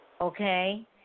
okay